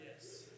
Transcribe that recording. Yes